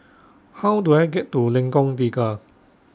How Do I get to Lengkong Tiga